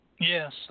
Yes